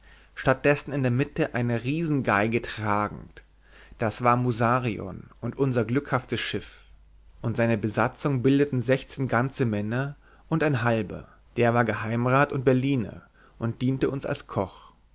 statt dessen in der mitte eine riesengeige tragend das war musarion und unser glückhaftes schiff und seine besatzung bildeten sechzehn ganze männer und ein halber der war geheimrat und berliner und diente uns als koch